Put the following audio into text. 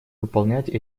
выполнять